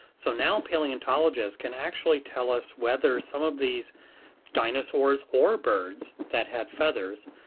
so now palaeontologists can actually tell us whether some of these dinosaurs or birds that had feathers,